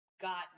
got